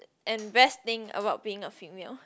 and best thing about being female